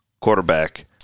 quarterback